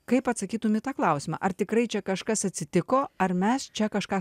kaip atsakytum į tą klausimą ar tikrai čia kažkas atsitiko ar mes čia kažką